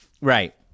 Right